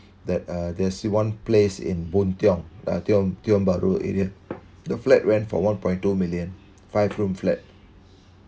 that uh there's one place in Boon Tiong uh Tiong Tiong Bahru area the flat went for one point two million five room flat